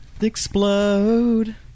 explode